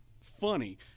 funny